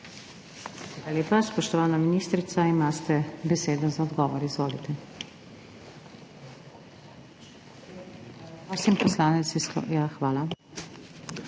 Hvala